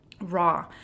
raw